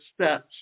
steps